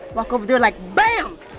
walk over there like, bam!